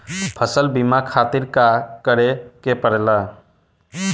फसल बीमा खातिर का करे के पड़ेला?